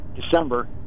December